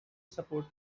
support